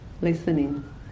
listening